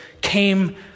came